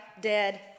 dead